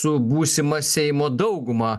su būsima seimo dauguma